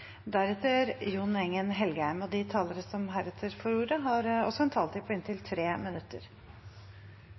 De talere som heretter får ordet, har også en taletid på inntil 3 minutter.